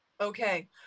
Okay